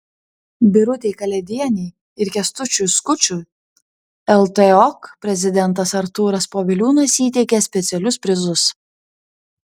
birutei kalėdienei ir kęstučiui skučui ltok prezidentas artūras poviliūnas įteikė specialius prizus